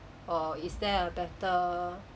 or is there a better